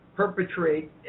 perpetrate